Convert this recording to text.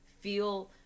feel